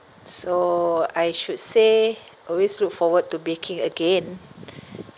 so I should say always look forward to baking again